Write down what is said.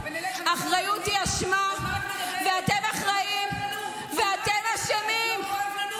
אחריות היא אשמה ואתם אחראים ואתם אשמים.